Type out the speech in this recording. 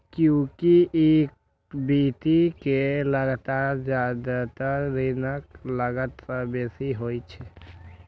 कियैकि इक्विटी के लागत जादेतर ऋणक लागत सं बेसी होइ छै